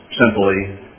simply